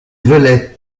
velay